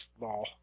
ball